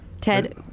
Ted